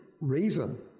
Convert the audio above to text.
reason